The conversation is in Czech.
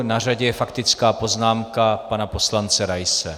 Na řadě je faktická poznámka pana poslance Raise.